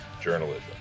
journalism